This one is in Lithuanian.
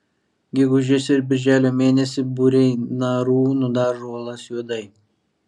gegužės ir birželio mėnesį būriai narų nudažo uolas juodai